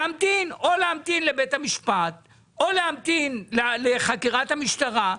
או להמתין לבית המשפט או להמתין לחקירת המשטרה.